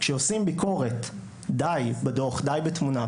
כשעושים ביקורת, די בדוח, די בתמונה.